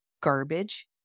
garbage